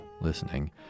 listening